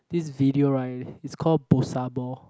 this video right it's called bosu ball